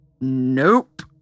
Nope